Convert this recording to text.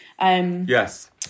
Yes